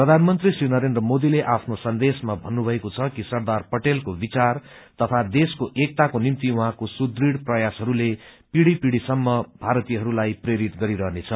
प्रधानमन्त्री श्री नरेन्द्र मोदले आफ्नो सन्देशमा भन्नुभएको छ कि सरदार पटेलको विचार तथा देशको एकताको निम्ति उहाँको सुदृढ़ प्रयासहरूले पीढ़ि पीढ़िसम्म भारतीयहरूलाई प्रेरित गरिरहनेछ